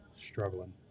struggling